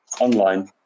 online